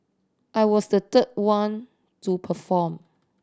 I was the third one to perform